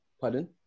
Pardon